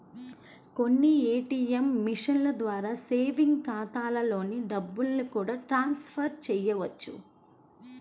కొన్ని ఏ.టీ.యం మిషన్ల ద్వారా సేవింగ్స్ ఖాతాలలోకి డబ్బుల్ని కూడా ట్రాన్స్ ఫర్ చేయవచ్చు